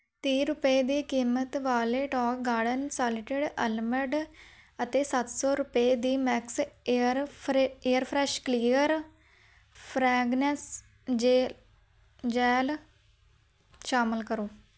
ਤੀਹ ਰੁਪਏ ਦੇ ਕੀਮਤ ਵਾਲੇ ਟੌਂਗ ਗਾਰਡਨ ਸਾਲਟਿਡ ਅਲਮੰਡ ਅਤੇ ਸੱਤ ਸੌ ਰੁਪਏ ਦੀ ਮੈਕਸ ਏਅਰਫਰੇ ਏਅਰਫਰੇਸ਼ ਕਲੀਅਰ ਫਰੈਗਰੈਂਸ ਜੇ ਜੇਲ ਸ਼ਾਮਲ ਕਰੋ